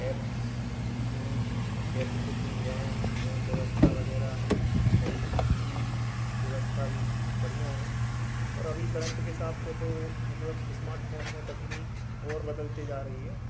apps का use capacity RAM व्यवस्था वग़ैरह और उसकी जी बी व्यवस्था भी बढ़िया है और अभी करेंट के हिसाब से तो मतलब इस्मार्टफोन में तकनीक और बदलते जा रही है